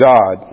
God